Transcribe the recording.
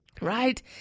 Right